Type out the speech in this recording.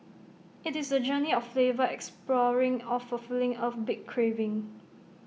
IT is the journey of flavor exploring or fulfilling A big craving